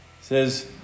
Says